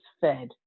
fed